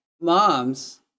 moms